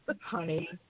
Honey